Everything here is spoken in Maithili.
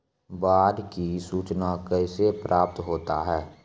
बाढ की सुचना कैसे प्राप्त होता हैं?